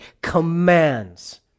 Commands